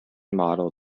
model